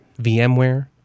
VMware